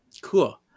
Cool